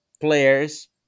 players